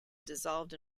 dissolved